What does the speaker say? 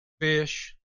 fish